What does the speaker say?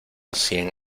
cien